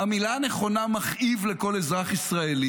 המילה הנכונה, מכאיב לכל אזרח ישראל.